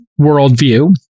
worldview